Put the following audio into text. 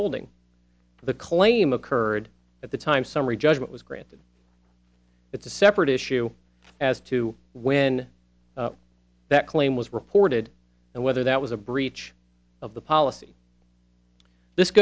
holding the claim occurred at the time summary judgment was granted it's a separate issue as to when that claim was reported and whether that was a breach of the policy